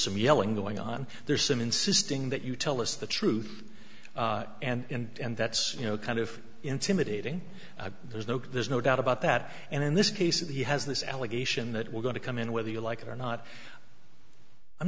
some yelling going on there's some insisting that you tell us the truth and that's you know kind of intimidating there's no there's no doubt about that and in this case if he has this allegation that we're going to come in whether you like it or not i'm